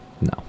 No